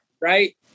right